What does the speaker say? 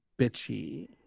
bitchy